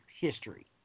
history